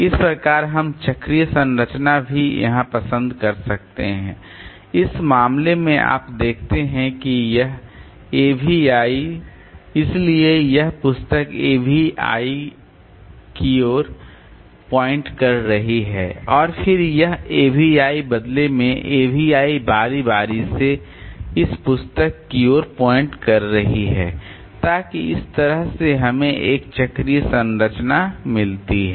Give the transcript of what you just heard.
इस प्रकार हम चक्रीय संरचनाएं भी यहां पसंद कर सकते हैं इस मामले में आप देखते हैं कि यह avi इसलिए यह पुस्तक avi की ओर पॉइंट कर रही है और फिर यह avi बदले में avi बारी बारी से इस किताब की ओर पॉइंट कर रही है ताकि इस तरह से हमें एक चक्रीय संरचना मिलती है